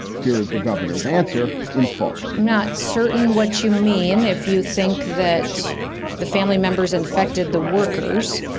here is the governor's answer in full i'm not certain what you mean if you think that the family members infected the workers.